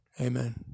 Amen